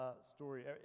story